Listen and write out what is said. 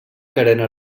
carena